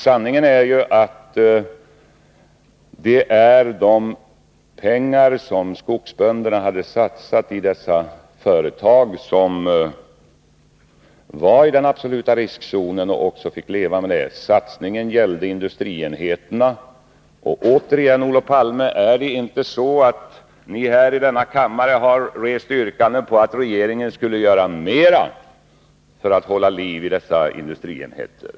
Sanningen är ju den att de pengar som skogsbönderna satsat i dessa företag var i den absoluta riskzonen. Satsningarna gällde industrienheterna. Återigen, Olof Palme: Ni har i denna kammare yrkat att regeringen skulle göra mer för att hålla liv i dessa industrienheter.